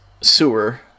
sewer